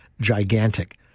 Gigantic